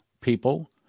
people